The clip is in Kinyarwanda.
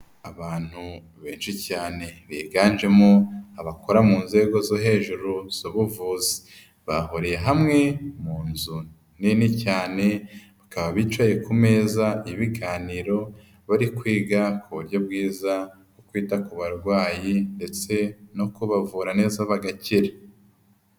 Abantu benshi cyane biganjemo abakora mu nzego zo hejuru z'ubuvuzi, bahuriye hamwe mu nzu nini cyane bakaba bicaye ku meza y'ibiganiro, bari kwiga ku buryo bwiza bwo kwita ku barwayi ndetse no kubavura neza bagakira.